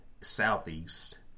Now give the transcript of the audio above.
Southeast